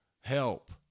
Help